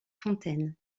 fontaine